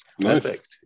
Perfect